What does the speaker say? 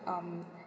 um